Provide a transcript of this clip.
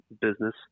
business